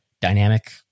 dynamic